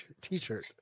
t-shirt